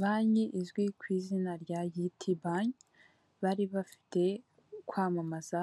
Banki izwi ku izina rya Giti banki bari bafite kwamamaza